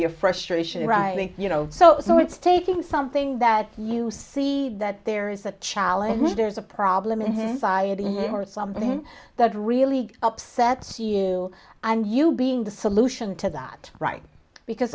be a frustration in writing you know so it's taking something that you see that there is a challenge there's a problem in his eyes or something that really upsets you and you being the solution to that right because